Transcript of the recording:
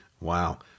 Wow